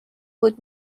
بود